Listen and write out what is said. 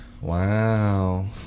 Wow